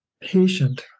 patient